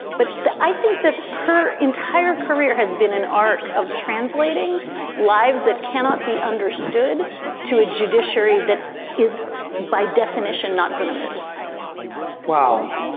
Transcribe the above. but i think that her entire career has been an arc of translating lives that cannot be understood to a judiciary that is by definition, not going to move wow.